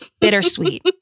bittersweet